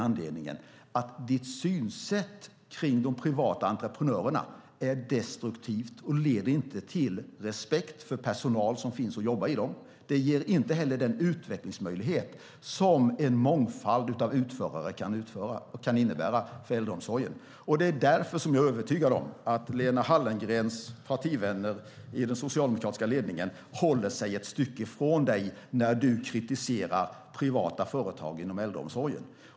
Anledningen är att ditt synsätt på de privata entreprenörerna är destruktivt. Det leder inte till respekt för den personal som jobbar där. Det ger inte heller den utvecklingsmöjlighet som en mångfald av utförare kan innebära för äldreomsorgen. Det är därför jag är övertygad om att Lena Hallengrens partivänner i den socialdemokratiska ledningen håller sig ett stycke ifrån dig när du kritiserar privata företag inom äldreomsorgen.